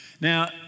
Now